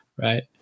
right